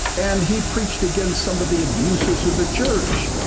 and he preached against some of the abuses of the church.